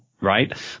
right